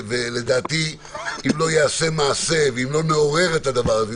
ולדעתי אם לא ייעשה מעשה ואם לא נעורר את הדבר הזה,